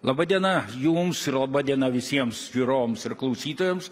laba diena jums ir laba diena visiems žiūrovams ir klausytojams